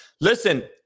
Listen